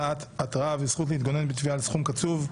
המצאת התראה וזכות להתגונן בתביעה על סכום קצוב),